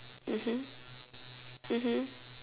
mmhmm mmhmm